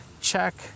check